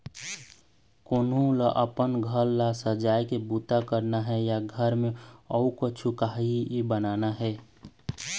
कोनो ल अपन घर ल सजाए के बूता करना हे या घर म अउ कछु काही बनाना हे